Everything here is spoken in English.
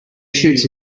shoots